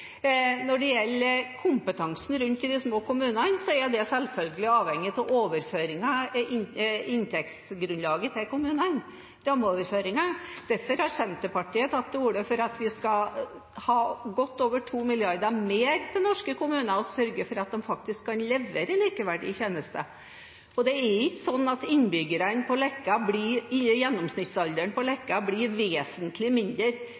Når det gjelder kompetansen rundt om i de små kommunene, er det selvfølgelig avhengig av rammeoverføringene, inntektsgrunnlaget til kommunene. Derfor har Senterpartiet tatt til orde for at vi skal ha godt over 2 mrd. kr mer til norske kommuner, og sørge for at de faktisk kan levere likeverdige tjenester. Og det er ikke sånn at gjennomsnittsalderen på